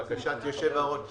לבקשת יושב-הראש,